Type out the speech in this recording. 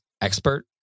expert